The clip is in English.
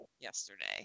yesterday